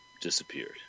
disappeared